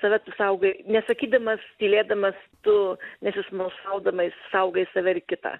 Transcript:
save tu saugai nesakydamas tylėdamas tu nesismalsaudamai saugai save ir kitą